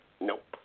Nope